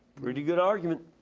pretty good argument.